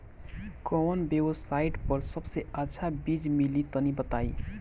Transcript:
कवन वेबसाइट पर सबसे अच्छा बीज मिली तनि बताई?